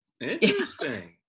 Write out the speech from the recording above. Interesting